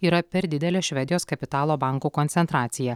yra per didelė švedijos kapitalo bankų koncentracija